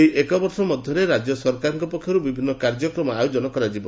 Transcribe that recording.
ଏହି ଏକ ବର୍ଷ ମଧ୍ଘରେ ରାଜ୍ୟ ସରକାରଙ୍କ ପକ୍ଷରୁ ବିଭିନୁ କାର୍ଯ୍ୟକ୍ରମ ଆୟୋଜନ କରାଯିବ